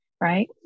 right